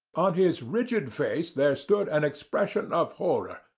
on his rigid face there stood an expression of horror,